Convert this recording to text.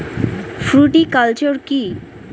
Fruticulture কী?